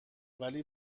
ولی